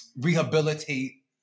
rehabilitate